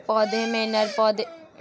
पौधों में नर पौधे को कैसे पहचानें?